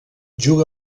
juga